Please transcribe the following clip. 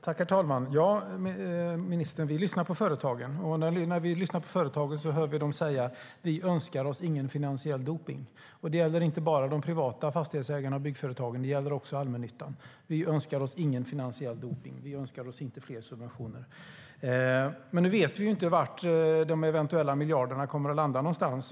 Herr talman! Ja, vi lyssnar på företagen, ministern, och då hör vi dem säga: Vi önskar oss ingen finansiell dopning. Det gäller inte bara de privata fastighetsägarna och byggföretagen utan också allmännyttan. De önskar ingen finansiell dopning och inga fler subventioner. Nu vet vi inte var de eventuella miljarderna kommer att landa.